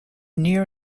near